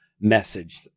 message